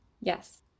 yes